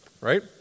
right